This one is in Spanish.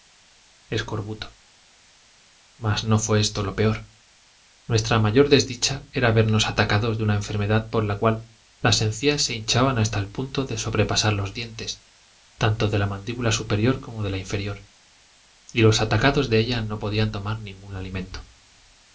escorbuto mas no fué esto lo peor nuestra mayor desdicha era vernos atacados de una enfermedad por la cual las encías se hinchaban hasta el punto de sobrepasar los dientes tanto de la mandíbula superior como de la inferior y los atacados de ella no podían tomar ningún alimento